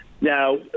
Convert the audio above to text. Now